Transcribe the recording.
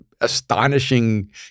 astonishing